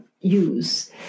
use